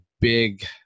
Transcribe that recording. big